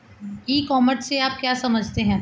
ई commerce से आप क्या समझते हैं?